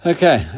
Okay